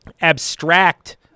abstract